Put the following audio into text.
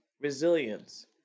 Resilience